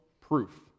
proof